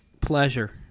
Pleasure